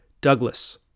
Douglas